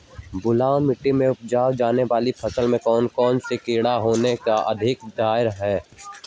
बलुई मिट्टी में उपजाय जाने वाली फसल में कौन कौन से कीड़े होने के अधिक डर हैं?